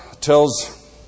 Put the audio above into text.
tells